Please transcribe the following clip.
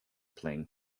playing